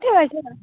ठेवा ठेवा